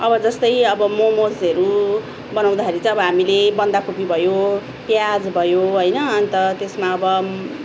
अब जस्तै अब मोमोजहरू बनाउँदाखेरि चाहिँ अब हामीले बन्दाकोपी भयो प्याज भयो होइन अन्त त्यसमा अब